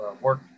work